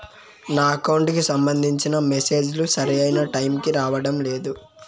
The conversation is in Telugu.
నా అకౌంట్ కి సంబంధించిన మెసేజ్ లు సరైన టైముకి రావడం లేదు